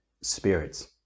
spirits